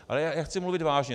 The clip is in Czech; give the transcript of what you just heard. Ale já chci mluvit vážně.